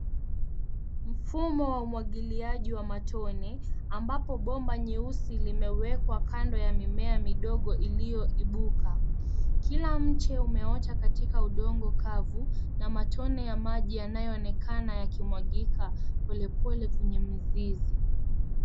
Mfumo wa umwagiliaji wa matone ambapo bomba nyeusi limewekwa kando ya mimea midogo iliyoibuka. Kila mche umeota katika udongo kavu na matone ya maji yanayoonekana yakimwagika polepole kwenye mizizi.